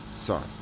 sorry